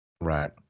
Right